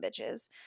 bitches